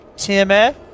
Timmy